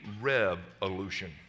revolution